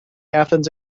athens